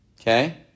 Okay